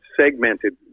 segmented